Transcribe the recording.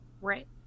Right